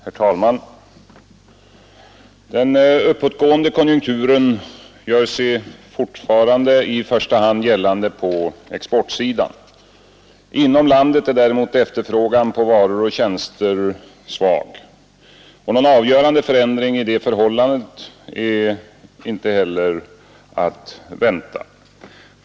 Herr talman! Den uppåtgående konjunkturen gör sig fortfarande i första hand gällande på exportsidan. Inom landet är däremot efterfrågan på varor och tjänster svag. Någon avgörande förändring i detta förhållande är inte heller att vänta.